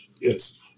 Yes